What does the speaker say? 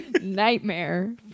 nightmare